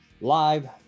live